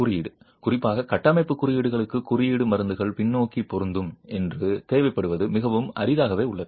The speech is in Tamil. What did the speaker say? குறியீடு குறிப்பாக கட்டமைப்பு குறியீடுகளுக்கு குறியீடு மருந்துகள் பின்னோக்கி பொருந்தும் என்று தேவைப்படுவது மிகவும் அரிதாகவே உள்ளது